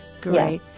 great